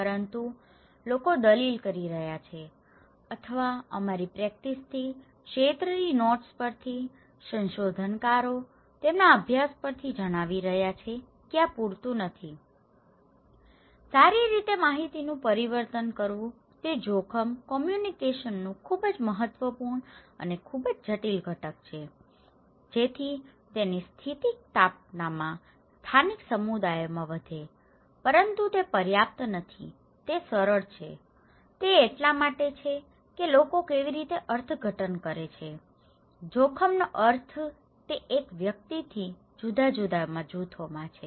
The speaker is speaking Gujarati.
પરંતુ લોકો દલીલ કરી રહ્યા છે અથવા અમારી પ્રેકટીસથી ક્ષેત્રની નોટ્સ પરથી સંશોધનકારો તેમના અભ્યાસ પરથી જણાવી રહ્યા છે કે આ પૂરતું નથી સારી રીતે માહિતીનું પરિવર્તન કરવું તે જોખમ કોમ્યુનિકેશનનું ખૂબ જ મહત્વપૂર્ણ અને ખૂબ જ જટીલ ઘટક છે જેથી તેની સ્થિતિસ્થાપકતા સ્થાનિક સમુદાયોમાં વધે પરંતુ તે પર્યાપ્ત નથી તે સરળ છે તે એટલા માટે છે કે લોકો કેવી રીતે અર્થઘટન કરે છે જોખમનો અર્થ તે એક વ્યક્તિથી જુદા જુદા જૂથોમાં જૂથ છે